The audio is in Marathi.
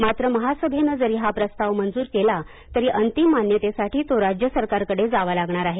मात्र महासभेनं जरी हा प्रस्ताव मंजूर केला तरी अंतिम मान्यतेसाठी तो राज्य सरकारकडे जावा लागणार आहे